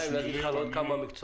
אני רוצה להתייחס למגבלה על